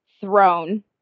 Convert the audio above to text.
thrown